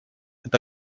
это